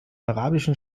arabischen